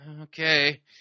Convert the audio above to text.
okay